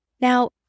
Now